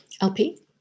LP